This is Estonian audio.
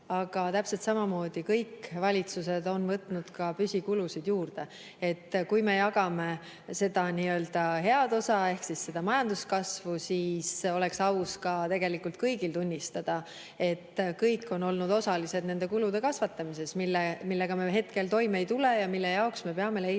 aga täpselt samamoodi on kõik valitsused võtnud püsikulusid juurde. Kui me jagame seda head osa ehk majanduskasvu, siis oleks aus ka tegelikult tunnistada, et kõik on olnud osalised nende kulude kasvatamises, millega me hetkel toime ei tule ja mille jaoks me peame leidma